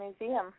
museum